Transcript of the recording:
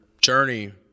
journey